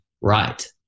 right